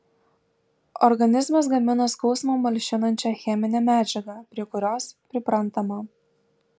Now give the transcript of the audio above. organizmas gamina skausmą malšinančią cheminę medžiagą prie kurios priprantama